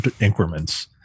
increments